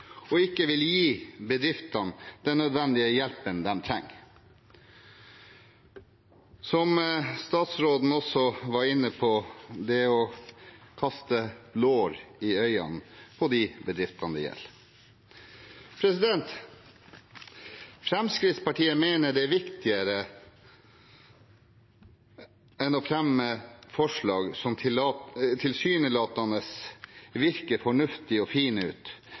og som ikke vil gi bedriftene den nødvendige hjelpen de trenger. Som statsråden også var inne på, er det å kaste blår i øynene på de bedriftene det gjelder. Fremskrittspartiet mener at viktigere enn å fremme forslag som tilsynelatende virker fornuftige og ser fine ut,